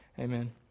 Amen